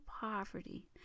poverty